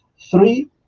three